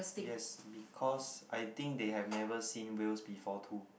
yes because I think they have never seen whales before too